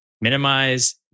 minimize